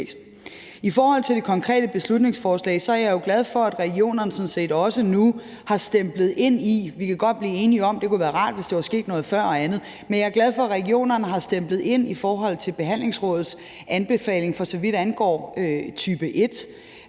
I forhold til det konkrete beslutningsforslag er jeg jo glad for, at regionerne sådan set også nu har stemplet ind – vi kan godt blive enige om, det kunne være rart, hvis det var sket noget før osv. – i forhold til Behandlingsrådets anbefaling, for så vidt angår